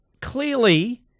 clearly